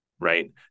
right